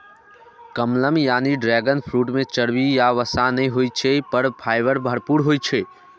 कमलम यानी dragon fruit मे चर्बी या वसा नै होइ छै, पर फाइबर भरपूर होइ छै